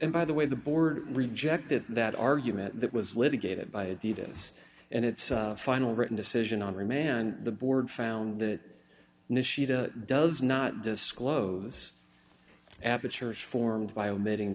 and by the way the board rejected that argument that was litigated by didas and its final written decision on remand the board found that does not disclose apertures formed by omitting